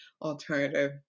alternative